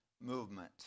movement